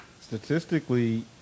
Statistically